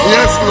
Yes